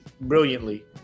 brilliantly